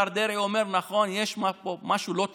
כבוד השר דרעי אומר: נכון, יש משהו לא תקין.